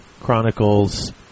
Chronicles